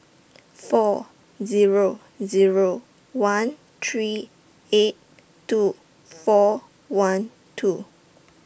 four Zero Zero one three eight two four one two